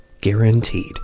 Guaranteed